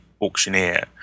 auctioneer